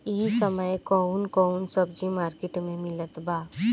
इह समय कउन कउन सब्जी मर्केट में मिलत बा?